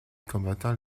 combattant